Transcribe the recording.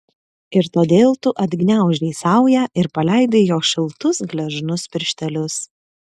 ir todėl tu atgniaužei saują ir paleidai jo šiltus gležnus pirštelius